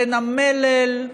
בין המלל,